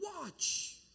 watch